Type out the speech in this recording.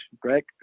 Greg